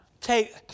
take